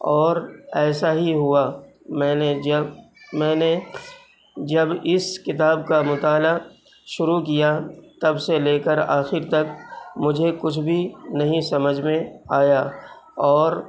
اور ایسا ہی ہوا میں نے جب میں نے جب اس کتاب کا مطالعہ شروع کیا تب سے لے کر آخر تک مجھے کچھ بھی نہیں سمجھ میں آیا اور